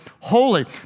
Holy